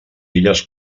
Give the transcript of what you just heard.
illes